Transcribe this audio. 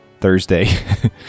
Thursday